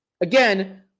Again